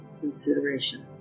consideration